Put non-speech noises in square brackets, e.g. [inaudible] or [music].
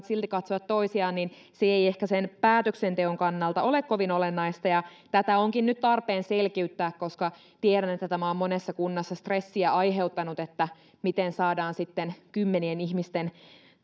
[unintelligible] silti katsoa toisiaan ei sen päätöksenteon kannalta ole kovin olennaista tätä onkin nyt tarpeen selkiyttää koska tiedän että tämä on monessa kunnassa stressiä aiheuttanut miten saadaan kymmenien ihmisten